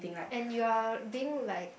and you are being like